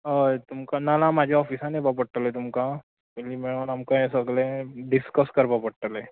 हय तुमकां नाल्या म्हज्या ऑफिसान येवपा पडटलें तुमकां पयली मेळोन आमकां हें सगलें डिसकस करपा पडटलें